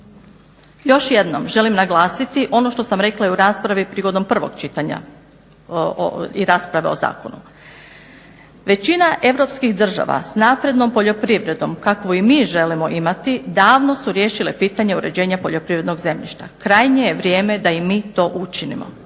Još jednom želim naglasiti ono što sam rekla i u raspravi prigodom prvog čitanja i rasprave o zakonu, većina europskih država s naprednom poljoprivredom kakvu i mi želimo imati davno su riješile pitanje uređenja poljoprivrednog zemljišta. Krajnje je vrijeme da i mi to učinimo.